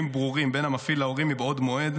ברורים בין המפעיל להורים מבעוד מועד.